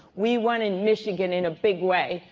we won in michigan in a big way,